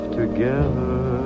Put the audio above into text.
together